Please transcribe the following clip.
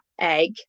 egg